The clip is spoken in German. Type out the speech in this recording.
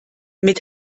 mit